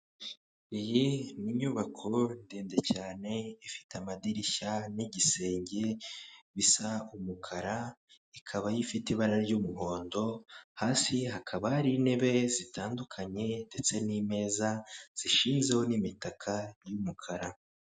Iyi ni inyubako ndende cyane ifite amadirishya n'igisenge bisa umukara, ikaba ifite ibara ry'umuhondo hasi hakaba hari intebe zitandukanye ndetse n'imeza zishinzeho n'imitaka y'umukara.